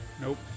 nope